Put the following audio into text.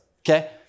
okay